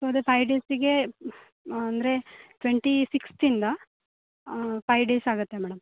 so ಅದೇ five ಡೇಸಿಗೆ ಅಂದರೆ ಟ್ವೆಂಟಿ ಸಿಕ್ಸ್ತಿಂದ ಫೈವ್ ಡೇಸ್ ಆಗುತ್ತೆ ಮೇಡಮ್